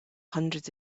hundreds